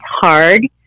hard